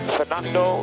Fernando